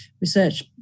research